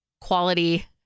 quality